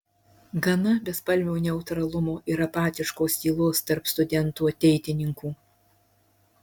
gana bespalvio neutralumo ir apatiškos tylos tarp studentų ateitininkų